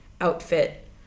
outfit